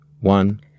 one